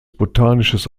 botanisches